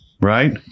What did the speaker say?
right